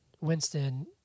Winston